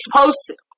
supposed